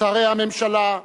שרי הממשלה,